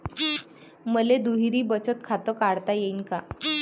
मले दुहेरी बचत खातं काढता येईन का?